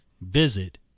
visit